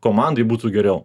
komandai būtų geriau